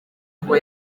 ngo